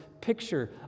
picture